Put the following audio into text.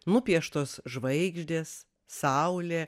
nupieštos žvaigždės saulė